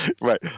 Right